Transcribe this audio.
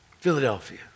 Philadelphia